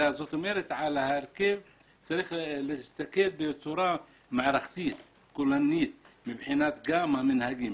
אלא על ההרכב צריך להסתכל בצורה מערכתית וכוללנית גם מבחינת המנהגים,